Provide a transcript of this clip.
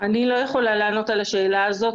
אני לא יכולה לענות על השאלה הזאת.